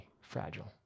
fragile